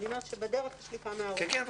בדרך יש לי כמה הערות קטנות.